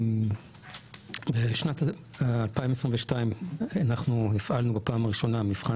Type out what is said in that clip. בשנת 2022 אנחנו הפעלנו בפעם הראשונה מבחן